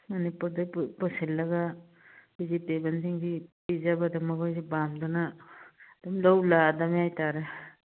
ꯃꯅꯤꯄꯨꯔꯗ ꯄꯨꯁꯤꯜꯂꯒ ꯚꯤꯖꯤꯇꯦꯕꯜꯁꯤꯡꯁꯦ ꯄꯤꯖꯕꯗ ꯃꯈꯣꯏꯁꯤ ꯄꯥꯝꯗꯅ ꯑꯗꯨꯝ ꯂꯧ ꯂꯥꯛꯑꯗꯕꯅꯦ ꯍꯥꯏ ꯇꯥꯔꯦ